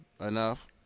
enough